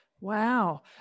Wow